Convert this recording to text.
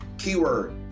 keyword